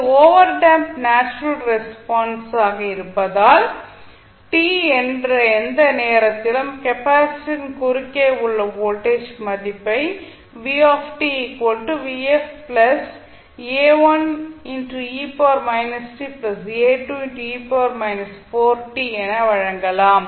இது overdamped natural response இருப்பதால் t என்ற எந்த நேரத்திலும் கெபாசிட்டரின் குறுக்கே உள்ள வோல்டேஜின் மதிப்பை என வழங்கலாம்